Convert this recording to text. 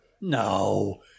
No